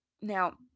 Now